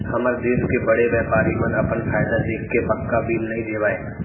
हमर देस के बड़े बैपारी मन अपन फायदा देखके पक्का बिल नइ देवय